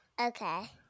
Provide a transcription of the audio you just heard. Okay